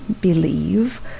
Believe